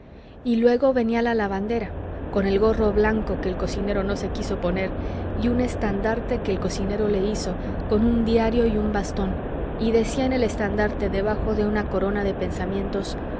y luego venía la lavandera con el gorro blanco que el cocinero no se quiso poner y un estandarte que el cocinero le hizo con un diario y un bastón y decía en el estandarte debajo de una corona de pensamientos